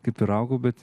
kaip ir augau bet